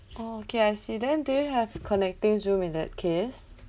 oh okay I see then do you have connectings room in that case